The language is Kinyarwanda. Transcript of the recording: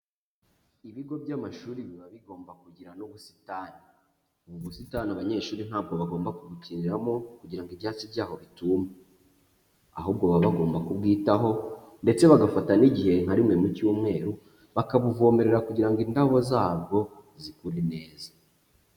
Ibigo by'amashuri biba bigomba kugira n'ubusitani, ubu busitani abanyeshuri ntabwo bagomba kubukiniramo, kugira ngo ibyatsi byaho bituma, ahubwo baba bagomba kubwitaho ndetse bagafata n'igihe nka rimwe mu cyumweru, bakabuvomerera kugira ngo indabo zabwo zikure neza.